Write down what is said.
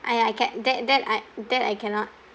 I I ca~ that that I that I cannot